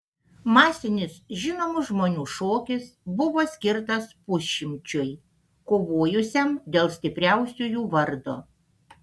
masinis žinomų žmonių šokis buvo skirtas pusšimčiui kovojusiam dėl stipriausiųjų vardo